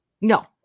No